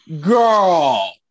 girl